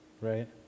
right